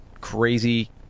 crazy